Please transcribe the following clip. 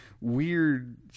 weird